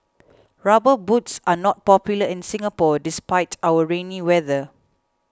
rubber boots are not popular in Singapore despite our rainy weather